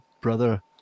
brother